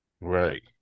Right